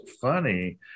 funny